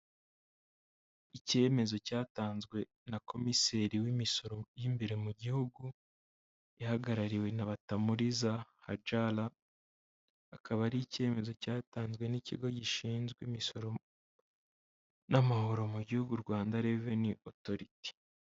Icyemezo cyatanzwe na Komiseri w'imisoro y'imbere mu Gihugu ihagarariwe na Batamuriza Hajara, akaba ari icyemezo cyatanzwe n'ikigo gishinzwe imisoro n'amahoro mu Gihugu, Rwanda Revenue Authority.